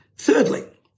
Thirdly